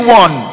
one